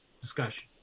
discussion